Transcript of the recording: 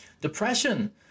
Depression